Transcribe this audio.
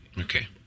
Okay